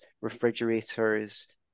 refrigerators